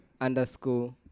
underscore